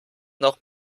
noch